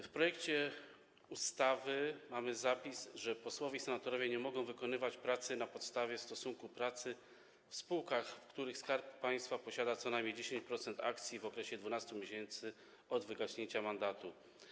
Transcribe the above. W projekcie ustawy mamy zapis, że posłowie i senatorowie nie mogą wykonywać pracy na podstawie stosunku pracy w spółkach, w których Skarb Państwa posiada co najmniej 10% akcji, w okresie 12 miesięcy od wygaśnięcia mandatu.